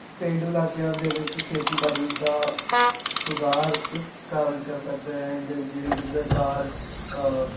ਪੇਂਡੂ ਇਲਾਕਿਆਂ ਦੇ ਵਿੱਚ ਖੇਤੀਬਾੜੀ ਦਾ ਸੁਧਾਰ ਇਸ ਕਾਰਨ ਕਰ ਸਕਦੇ ਹੈ ਜਿ ਜਿਵੇਂ ਕਿਸੇ ਦਾ ਕਰ